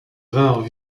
vinrent